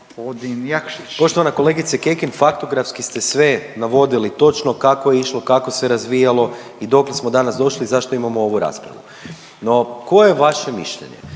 Mišel (SDP)** Poštovana kolegice Kekin, faktografski ste sve navodili točno kako je išlo, kako se razvijalo i dokle smo danas došli i zašto imamo ovu raspravu. No koje je vaše mišljenje,